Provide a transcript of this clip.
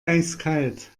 eiskalt